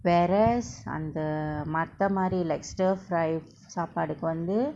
whereas அந்த மத்த மாரி:andtha matha mari like stir fry சாப்பாடுக்கு வந்து:saapaduku vanthu